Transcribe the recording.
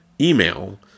email